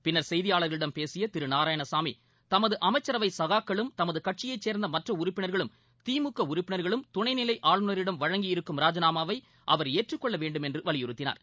பின்னா் செய்தியாளர்களிடம் பேசிய திரு நாராயணசாமி தமது அமைச்சரவை சகாக்களும் தமது கட்சியைச் சேர்ந்த மற்ற உறுப்பினா்களும் திமுக உறுப்பினா்களும் துணைநிலை ஆளுநரிடம் வழங்கி இருக்கும் ராஜிநாமாவை அவர் ஏற்றுக் கொள்ள வேண்டுமென்று வலியுறுத்தினார்